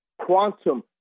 quantum